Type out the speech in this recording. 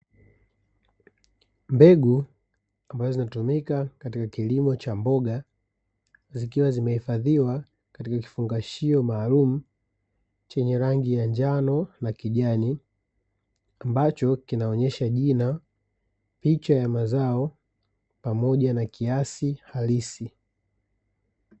Mbegu ambazo zinazotumika katika kilimo cha mboga zikiwa zimehifadhiwa katika kifungashio maalumu chenye rangi ya njano na kijani, ambacho kinaonyesha jina, picha ya mazao pamoja na kiasi halisi.